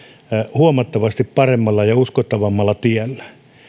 huomattavasti paremmalla ja ja uskottavammalla tiellä